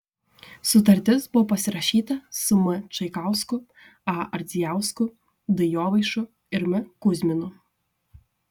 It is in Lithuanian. sutartis buvo pasirašyta su m čaikausku a ardzijausku d jovaišu ir m kuzminu